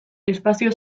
espazio